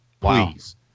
please